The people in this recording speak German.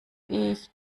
ich